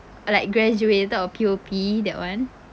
like graduated or P_O_P that one